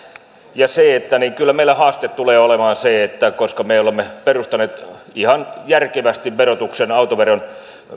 ja kyllä meillä haaste tulee olemaan se että me olemme perustaneet ihan järkevästi autoveron